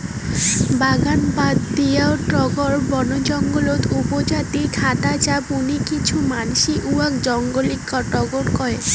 বাগান বাদ দিয়াও টগরক বনজঙ্গলত উবজাইতে দ্যাখ্যা যায় বুলি কিছু মানসি ইয়াক জংলী টগর কয়